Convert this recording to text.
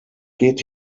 geht